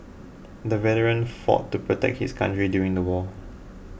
the veteran fought to protect his country during the war